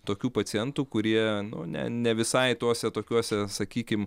tokių pacientų kurie nu ne ne visai tuose tokiuose sakykim